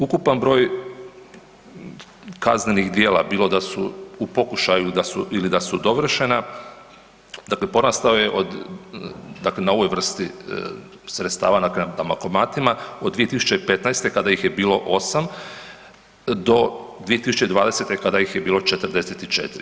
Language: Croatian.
Ukupan broj kaznenih djela bilo da su u pokušaju ili da su dovršena, dakle porastao je od, dakle na ovoj vrsti sredstava, dakle na bankomatima, od 2015. kada je ih je bilo 8, do 2020. kada ih je bilo 44.